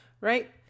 right